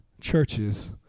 churches